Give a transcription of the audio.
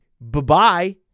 bye-bye